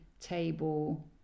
table